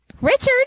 Richard